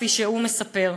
כפי שהוא מספר.